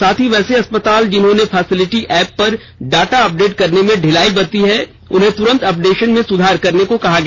साथ ही वैसे अस्पताल जिन्होंने फैसिलिटी एप पर डाटा अपडेट करने में ढिलाई बरती है उन्हें तुरंत अपडेशन में सुधार करने को कहा गया